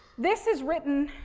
this is written,